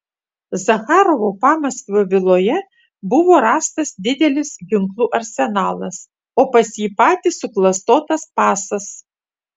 zacharovo pamaskvio viloje buvo rastas didelis ginklų arsenalas o pas jį patį suklastotas pasas